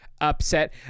Upset